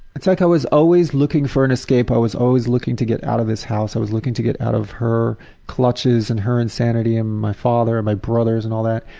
like i was always looking for an escape, i was looking to get out of this house, i was looking to get out of her clutches and her insanity, and my father and my brothers and all that.